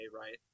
Right